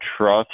trust